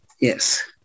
Yes